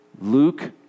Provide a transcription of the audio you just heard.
Luke